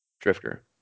Drifter